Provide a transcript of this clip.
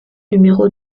numéro